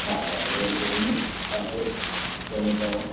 हा त होॾे छॾींदुमि तव्हांखे चङी तरह